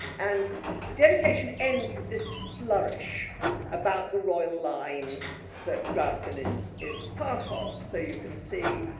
and the dedication ends with this flourish about the royal line that grafton is is part of. so you can see.